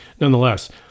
nonetheless